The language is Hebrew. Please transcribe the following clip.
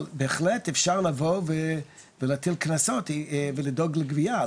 אבל בהחלט אפשר לבוא ולהטיל קנסות ולדאוג לגבייה.